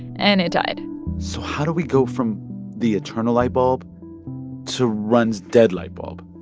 and it died so how do we go from the eternal light bulb to rund's dead light bulb?